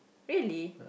really